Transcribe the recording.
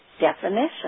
definition